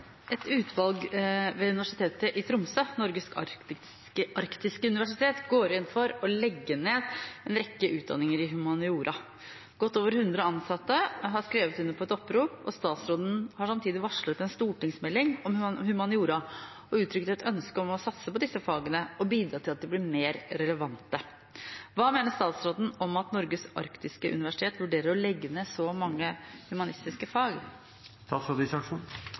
for å legge ned en rekke utdanninger i humaniora. Godt over 100 ansatte har skrevet under på et opprop. Statsråden har varslet en stortingsmelding om humaniora og har uttrykt et ønske om å satse på disse fagene og bidra til at de blir mer relevante. Hva mener statsråden om at Norges arktiske universitet vurderer å legge ned så mange humanistiske fag?»